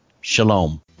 shalom